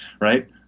right